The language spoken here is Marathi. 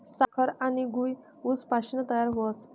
साखर आनी गूय ऊस पाशीन तयार व्हस